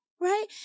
right